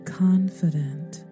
confident